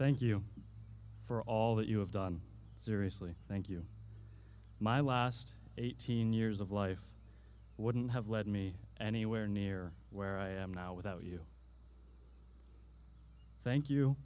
thank you for all that you have done seriously thank you my last eighteen years of life wouldn't have led me anywhere near where i am now without you thank you